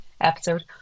episode